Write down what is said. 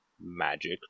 magic